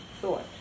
thought